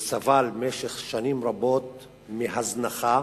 שסבל במשך שנים רבות מהזנחה,